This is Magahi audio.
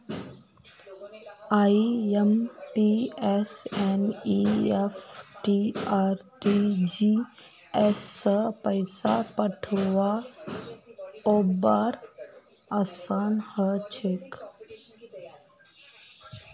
आइ.एम.पी.एस एन.ई.एफ.टी आर.टी.जी.एस स पैसा पठऔव्वार असान हछेक